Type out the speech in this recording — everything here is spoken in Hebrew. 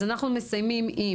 אז אנחנו מסיימים עם